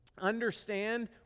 understand